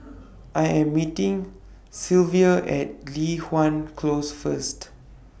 I Am meeting At Li Hwan Close First